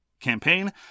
campaign